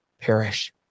perish